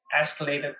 escalated